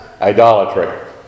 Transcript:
Idolatry